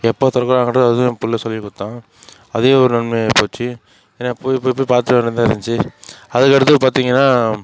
எப்போ திறக்குறாங்கிறதும் அதுவும் என் பிள்ளை சொல்லிக் கொடுத்தான் அது ஒரு நன்மையாக போச்சு ஏன்னா போய் போய் போய் பார்த்துட்டு வரமாதிரி இருந்துச்சு அதுக்கடுத்தது பார்த்திங்கன்னா